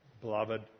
beloved